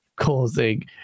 causing